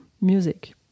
music